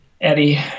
Eddie